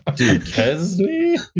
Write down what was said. um du kesney?